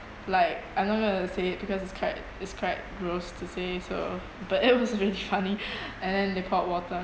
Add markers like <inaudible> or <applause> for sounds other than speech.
like I'm not gonna say it because it's quite it's quite gross to say so but it was really funny <breath> and then they poured water